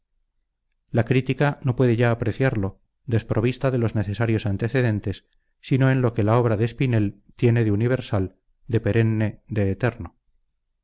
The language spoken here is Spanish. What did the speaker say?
la crítica no puede ya apreciarlo desprovista de los necesarios antecedentes sino en lo que la obra de espinel tiene de universal de perenne de eterno